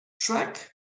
track